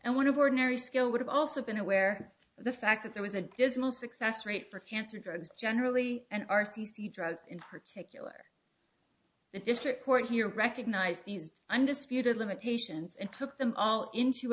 and one of ordinary skill would have also been aware of the fact that there was a dismal success rate for cancer drugs generally and r c c drugs in her to cure the district court here recognize these undisputed limitations and took them all into